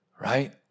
right